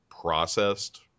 processed